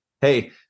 Hey